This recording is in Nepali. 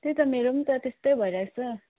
त्यही त मेरो पनि त त्यस्तै भइरहेको छ